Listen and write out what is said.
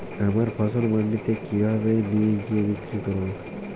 আমার ফসল মান্ডিতে কিভাবে নিয়ে গিয়ে বিক্রি করব?